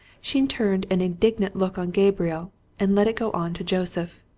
she turned an indignant look on gabriel and let it go on to joseph.